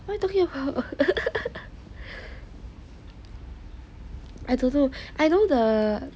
what are you talking about I don't know I don't know I know the